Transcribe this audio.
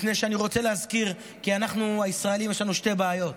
מפני שאני רוצה להזכיר שלנו הישראלים יש שתי בעיות: